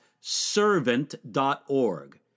servant.org